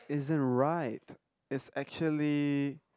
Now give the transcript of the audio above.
isn't right is actually